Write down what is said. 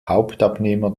hauptabnehmer